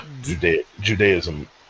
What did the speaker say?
Judaism